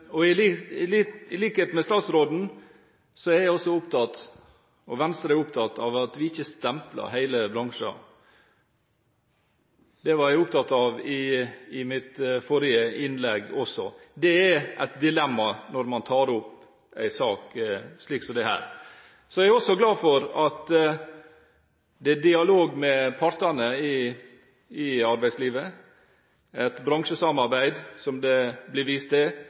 I likhet med statsråden er jeg – og Venstre – opptatt av at vi ikke stempler hele bransjer. Det var jeg opptatt av i mitt forrige innlegg også. Det er et dilemma når man tar opp en sak som dette. Jeg er også glad for at det er dialog med partene i arbeidslivet. Et bransjesamarbeid som det blir vist til,